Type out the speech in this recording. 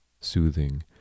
soothing